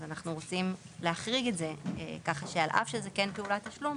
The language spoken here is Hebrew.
אז אנחנו רוצים להחריג את זה ככה שעל אף שזה כן פעולת שלום,